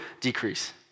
decrease